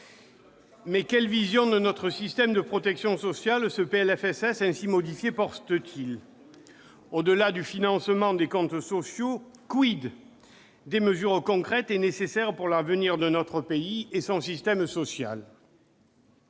Mais quelle vision de notre système de protection sociale ce PLFSS ainsi modifié porte-t-il ? Au-delà du financement des comptes sociaux, des mesures concrètes et nécessaires pour l'avenir de notre pays et de son système social ?